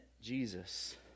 Jesus